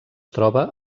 troba